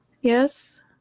yes